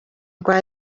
rwa